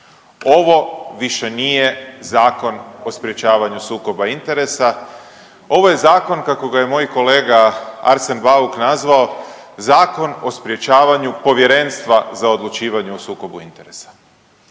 Ovo više nije Zakon o sprječavanju sukoba interesa, ovo je zakon kako ga je moj kolega Arsen Bauk nazvao Zakon o sprječavanju povjerenstva za odlučivanje o sukobu interesa.